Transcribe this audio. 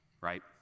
Right